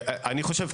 אני חושב,